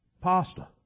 pasta